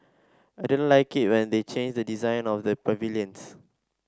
I didn't like it when they changed the design of the pavilions